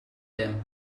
them